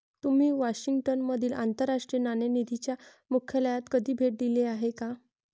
तुम्ही वॉशिंग्टन मधील आंतरराष्ट्रीय नाणेनिधीच्या मुख्यालयाला कधी भेट दिली आहे का?